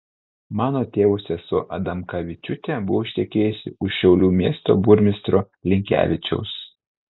mano tėvo sesuo adamkavičiūtė buvo ištekėjusi už šiaulių miesto burmistro linkevičiaus